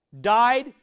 died